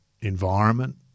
environment